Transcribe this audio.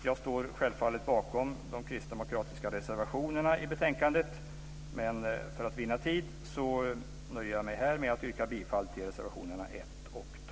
Jag står självfallet bakom alla kristdemokratiska reservationer i betänkandet, men för att vinna tid nöjer jag mig här med att yrka bifall till reservationerna 1 och 12.